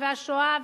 והשואה,